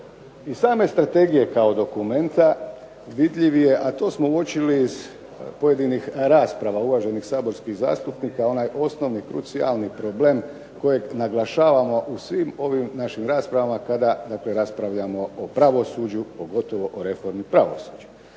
Iz same strategije kao dokumenta vidljiv je, a to smo uočili iz pojedinih rasprava uvaženih saborskih zastupnika, onaj osnovni krucijalni problem kojeg naglašavamo u svim ovim našim raspravama kada dakle raspravljamo o pravosuđu, pogotovo o reformi pravosuđa.